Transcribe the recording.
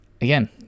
again